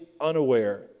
unaware